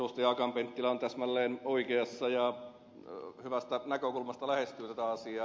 akaan penttilä on täsmälleen oikeassa ja hyvästä näkökulmasta lähestyy tätä asiaa